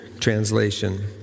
Translation